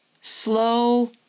slow